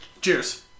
Cheers